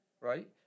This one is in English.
right